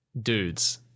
dudes